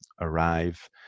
arrive